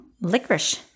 licorice